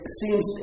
seems